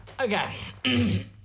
Okay